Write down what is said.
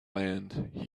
land